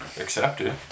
accepted